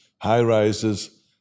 high-rises